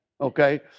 okay